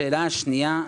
השאלה השנייה,